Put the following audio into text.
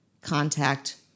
contact